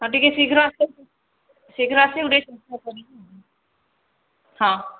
ହଁ ଟିକିଏ ଶୀଘ୍ର ଶୀଘ୍ର ଆସି ହଁ